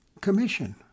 Commission